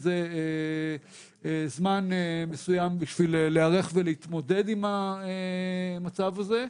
זה זמן מסוים בשביל להיערך ולהתמודד עם המצב הזה,